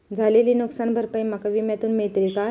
झालेली नुकसान भरपाई माका विम्यातून मेळतली काय?